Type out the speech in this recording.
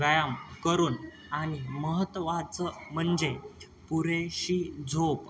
व्यायाम करून आणि महत्त्वाचं म्हणजे पुरेशी झोप